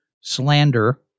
slander